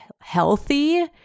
healthy